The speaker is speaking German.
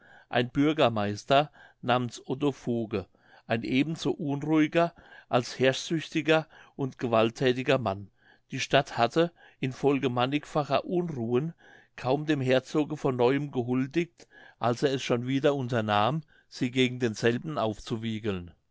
ein bürgermeister namens otto fuge ein eben so unruhiger als herrschsüchtiger und gewaltthätiger mann die stadt hatte in folge mannigfacher unruhen kaum dem herzoge von neuem gehuldigt als er es schon wieder unternahm sie gegen denselben aufzuwiegeln